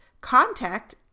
contact